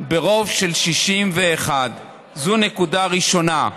ברוב של 61. זו נקודה ראשונה.